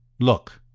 look.